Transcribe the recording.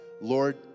Lord